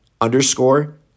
underscore